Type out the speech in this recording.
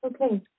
Okay